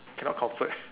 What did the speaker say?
cannot comfort